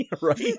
right